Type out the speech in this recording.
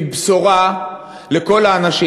היא בשורה לכל האנשים,